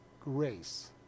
grace